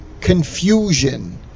confusion